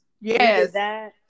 Yes